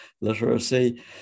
literacy